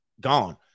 gone